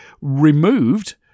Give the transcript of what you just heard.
removed